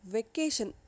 Vacation